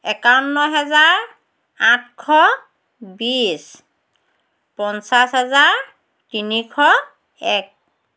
একাৱন্ন হেজাৰ আঠশ বিছ পঞ্চাছ হাজাৰ তিনিশ এক